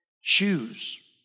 Shoes